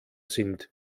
sind